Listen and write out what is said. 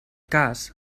cas